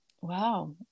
Wow